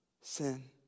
sin